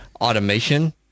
automation